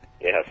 Yes